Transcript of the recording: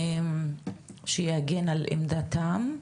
שיגן על עמדתם,